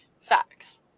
Facts